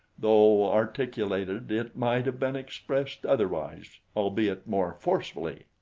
though articulated it might have been expressed otherwise, albeit more forcefully.